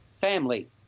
family